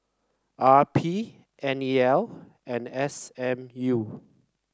R P N E L and S M U